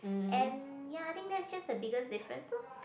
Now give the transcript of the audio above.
and ya I think that's just the biggest difference lor